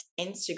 Instagram